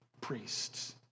priests